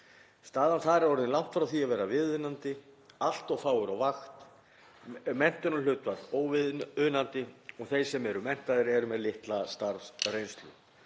Staðan þar er orðin langt frá því að vera viðunandi; allt of fáir á vakt, menntunarhlutfall óviðunandi og þeir sem eru menntaðir eru með litla starfsreynslu.